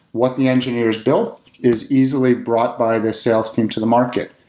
what the engineers build is easily brought by the sales team to the market.